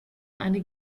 eine